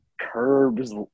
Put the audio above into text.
curbs